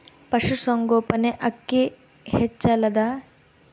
ಪಶುಸಂಗೋಪನೆ ಅಕ್ಕಿ ಹೆಚ್ಚೆಲದಾ?